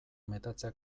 metatzea